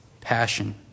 passion